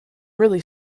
really